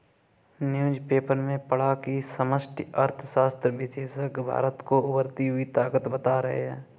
newspaper में पढ़ा की समष्टि अर्थशास्त्र विशेषज्ञ भारत को उभरती हुई ताकत बता रहे हैं